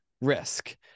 risk